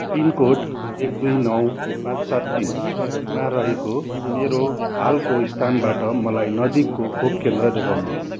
pin code एक दुई नौ पाँच सात तिनमा रहेको मेरो हालको स्थानबाट मलाई नजिकको खोप केन्द्र देखाउनुहोस्